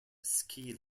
ski